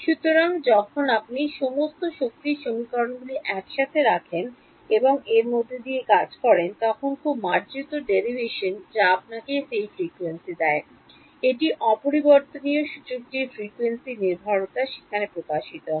সুতরাং যখন আপনি সমস্ত শক্তির সমীকরণগুলি একসাথে রাখেন এবং এর মধ্য দিয়ে কাজ করেন তখন খুব মার্জিত ডেরাইভেশন যা আপনাকে সেই ফ্রিকোয়েন্সি দেখায় এটি অপরিবর্তনীয় সূচকটির ফ্রিকোয়েন্সি নির্ভরতা সেখানে প্রকাশিত হয়